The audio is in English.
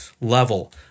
level